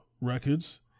records